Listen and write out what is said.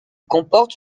comporte